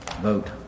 vote